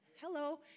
Hello